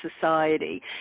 society